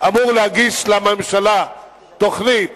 אמור להגיש לממשלה תוכנית